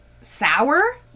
sour